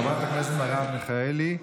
חברת הכנסת מרב מיכאלי,